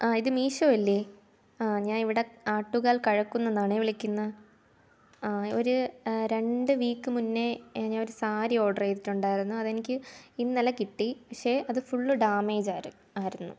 ആ ഇത് മീഷോ അല്ലേ ഞാൻ ഇവിടെ ആട്ടുകാൽ കഴക്കുന്നന്നാണേ വിളിക്കുന്നത് ആ ഒരു രണ്ട് വീക്ക് മുന്നേ ഞാൻ ഒരു സാരി ഓർഡറ് ചെയ്തിട്ടുണ്ടായിരുന്നു അത് എനിക്ക് ഇന്നലെ കിട്ടി പക്ഷേ അത് ഫുള്ള് ഡാമേജായിരുന്നു ആയിരുന്നു